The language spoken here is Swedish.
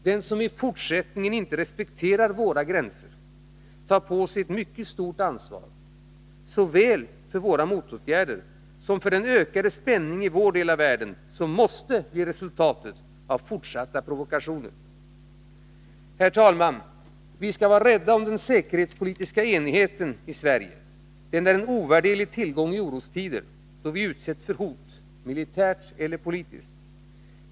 Den som i fortsättningen inte respekterar våra gränser tar på sig ett mycket stort ansvar, såväl för våra motåtgärder som för den ökade spänning i vår del av världen som måste bli resultatet av fortsatta provokationer. Herr talman! Vi skall vara rädda om den säkerhetspolitiska enigheten i Sverige. Den är en ovärderlig tillgång i orostider, då vi utsätts för hot — militärt eller politiskt.